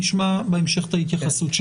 בהמשך נשמע את ההתייחסות.